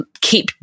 keep